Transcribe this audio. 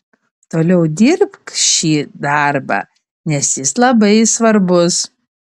toliau dirbk šį darbą nes jis labai svarbus